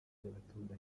by’abaturage